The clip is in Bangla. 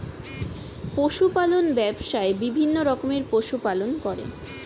পশু পালন ব্যবসায়ে বিভিন্ন রকমের পশু পালন করে